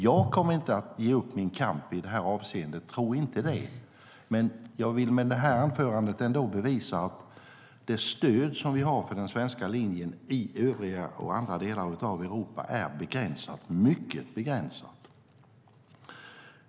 Jag kommer inte att ge upp min kamp i det här avseendet, tro inte det! Men jag vill med det här anförandet bevisa att det stöd vi har för den svenska linjen i övriga delar av Europa är mycket begränsat.